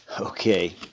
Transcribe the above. okay